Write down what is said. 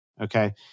okay